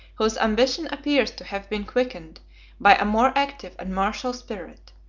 whose ambition appears to have been quickened by a more active and martial spirit.